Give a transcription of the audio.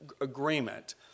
agreement